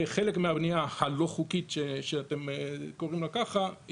וחלק מהבנייה הלא חוקית שאתם קוראים לה ככה,